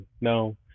no